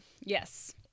yes